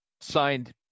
signed